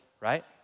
right